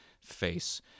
face